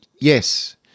Yes